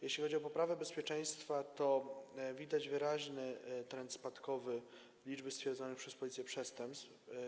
Jeśli chodzi o poprawę bezpieczeństwa, to widać wyraźny trend spadkowy w zakresie liczby stwierdzonych przez Policję przestępstw.